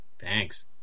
thanks